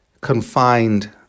confined